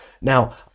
Now